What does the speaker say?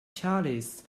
charles